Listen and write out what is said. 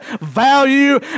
value